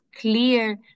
clear